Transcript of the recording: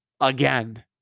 again